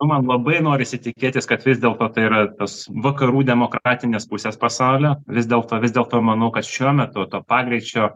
o man labai norisi tikėtis kad vis dėlto tai yra tas vakarų demokratinės pusės pasaulio vis dėlto vis dėlto manau kad šiuo metu to pagreičio